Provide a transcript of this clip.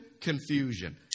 confusion